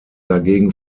dagegen